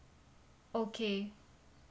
okay